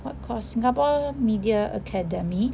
what course singapore media academy